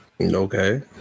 Okay